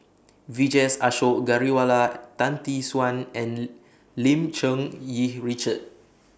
Vijesh Ashok Ghariwala Tan Tee Suan and Lim Cherng Yih Richard